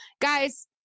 guys